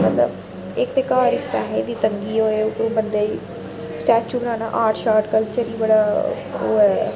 मतलब इक ते घर इक पैहे दी तंगी होऐ उप्पर बंदे गी स्टैचू बनाना आर्ट शार्ट कल्चर बी बड़ा ओह् ऐ